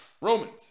Romans